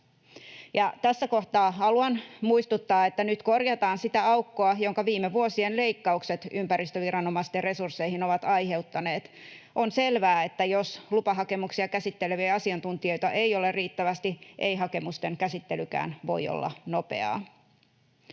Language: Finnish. tässä kohtaa haluan muistuttaa, että nyt korjataan sitä aukkoa, jonka viime vuosien leikkaukset ympäristöviranomaisten resursseihin ovat aiheuttaneet. On selvää, että jos lupahakemuksia käsitteleviä asiantuntijoita ei ole riittävästi, ei hakemusten käsittelykään voi olla nopeaa.